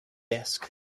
desk